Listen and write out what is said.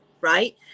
right